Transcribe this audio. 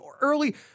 early